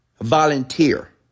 volunteer